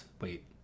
Wait